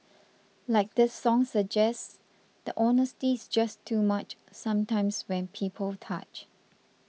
like this song suggests the honesty's just too much sometimes when people touch